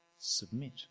submit